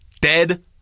dead